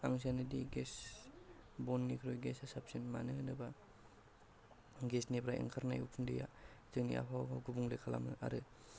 आं सानो दि गेस बननिख्रुइ गेसा साबसिन मानो होनोब्ला गेसनिफ्राय ओंखारनाय उखुन्दैया जोंनि आबहावाखौ गुबुंले खालामो आरो